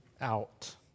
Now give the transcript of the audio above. out